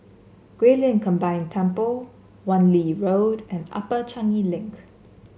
Guilin Combined Temple Wan Lee Road and Upper Changi Link